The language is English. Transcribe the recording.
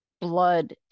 blood